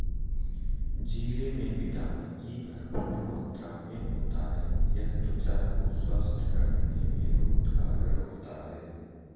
जीरे में vitamin E भरपूर मात्रा में होता है यह त्वचा को स्वस्थ रखने में बहुत कारगर होता है